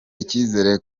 icyizere